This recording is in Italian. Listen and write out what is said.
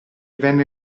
venne